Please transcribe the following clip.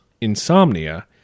insomnia